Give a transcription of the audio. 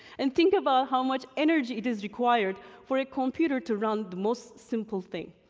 and think about how much energy it is required for a computer to run the most simple thing.